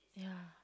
yeah